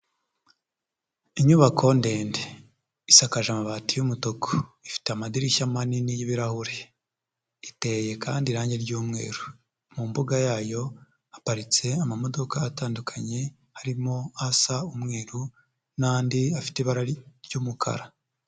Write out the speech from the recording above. Inyubako ndende isakaje amabati'umutuku, ifite amadirishya manini y'ibirahure, iteye kandi irangi ryumweru, mu mbuga yayo haparitse amamoduka atandukanye harimo asa umweru n'andi afite ibara ry'umukara.